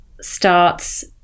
starts